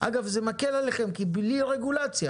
אגב, זה מקל עליכם, כי זה בלי רגולציה.